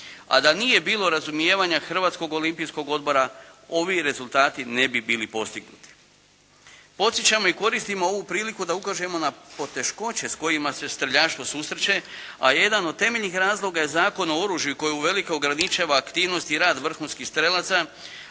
a da nije bilo razumijevanja Hrvatskog olimpijskog odbora ovi rezultati ne bi bili postignuti. Podsjećamo i koristimo ovu priliku da ukažemo na poteškoće s kojima se streljaštvo susreće, a jedan od temeljnih razloga je Zakon o oružju koji uvelike ograničava aktivnost i rad vrhunskih strijelaca,